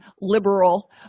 liberal